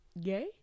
Gay